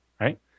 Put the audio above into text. right